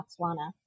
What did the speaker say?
Botswana